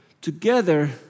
Together